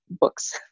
books